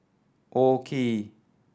OKI